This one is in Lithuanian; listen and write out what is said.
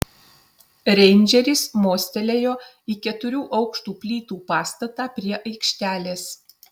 reindžeris mostelėjo į keturių aukštų plytų pastatą prie aikštelės